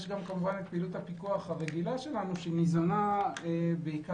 יש גם את פעילות הפיקוח הרגילה שלנו שניזונה בעיקרה